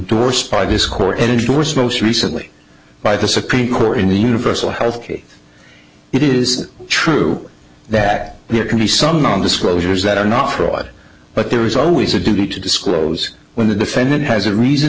endorsed by this court and endorse most recently by the supreme court in the universal health care it is true that there can be some non disclosures that are not fraud but there is always a duty to disclose when the defendant has a reason